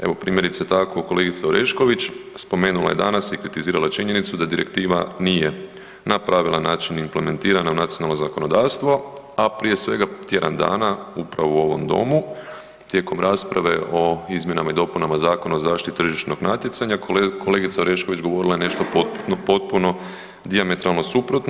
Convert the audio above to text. Evo primjerice tako kolegica Orešković spomenula je danas i kritizirala činjenicu da direktiva nije na pravi način implementirana u nacionalno zakonodavstvo, a prije svega tjedan dana upravo u ovom domu tijekom rasprave o izmjenama i dopunama Zakona o zaštiti tržišnog natjecanja kolegica Orešković govorila je nešto potpuno dijametralno suprotno.